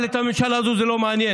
אבל את הממשלה הזו זה לא מעניין.